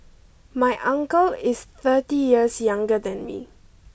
my uncle is thirty years younger than me